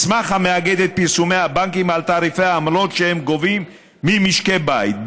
מסמך המאגד את פרסומי הבנקים על תעריפי העמלות שהם גובים ממשקי בית,